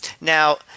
Now